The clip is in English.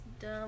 dumb